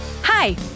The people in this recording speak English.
Hi